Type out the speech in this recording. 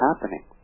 happening